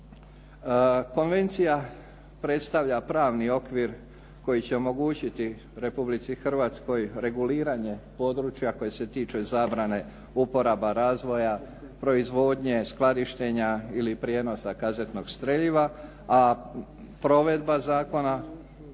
Konvencija predstavlja pravni okvir koji će omogućiti Republici Hrvatskoj reguliranje područja koji se tiče zabrane uporaba razvoja proizvodnje, skladištenja ili prijenosa kazetnog streljiva, a provedba zakona